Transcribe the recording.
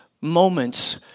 moments